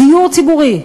דיור ציבורי.